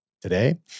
today